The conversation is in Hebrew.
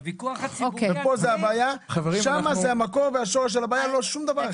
זה שורש הבעיה ולא שום דבר אחר.